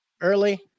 early